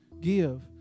Give